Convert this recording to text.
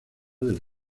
del